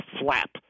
flap